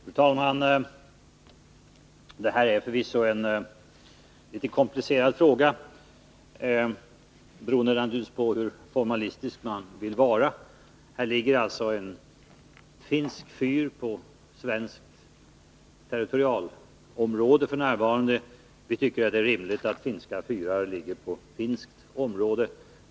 Fru talman! Detta är förvisso en litet komplicerad fråga, naturligtvis beroende på hur formalistisk man vill vara. Här ligger alltså f. n. en finsk fyr på svenskt territorium. Vi tycker att det är rimligt att finska fyrar ligger på finskt område.